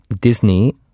Disney